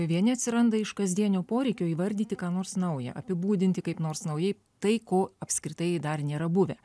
vieni atsiranda iš kasdienio poreikio įvardyti ką nors nauja apibūdinti kaip nors naujai tai ko apskritai dar nėra buvę